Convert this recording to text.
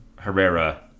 Herrera